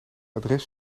adres